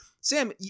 Sam